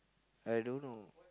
I don't know